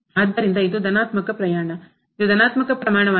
ಆದ್ದರಿಂದ ಇದು ಧನಾತ್ಮಕ ಪ್ರಮಾಣ ಇದು ಧನಾತ್ಮಕ ಪ್ರಮಾಣವಾಗಿದೆ